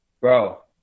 bro